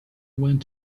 went